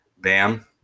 Bam